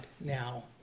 now